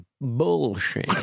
bullshit